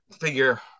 figure